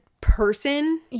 person